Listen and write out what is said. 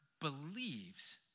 believes